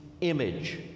image